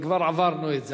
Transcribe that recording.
וכבר עברנו את זה.